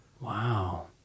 Wow